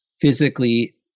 physically